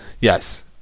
Yes